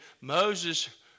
Moses